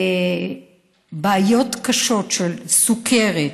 בעיות קשות של סוכרת.